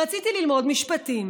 רציתי ללמוד משפטים,